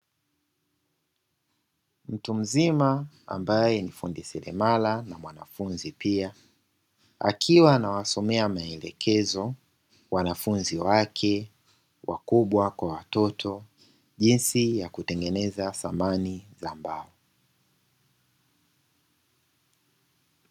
Mtu mzima ambaye ni fundi seremala na mwanafunzi pia, akiwa anawasomea maelekezo wanafunzi wake wakubwa kwa watoto jinsi ya kutengeneza samani za mbao.